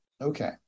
okay